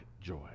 joy